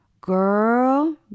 girl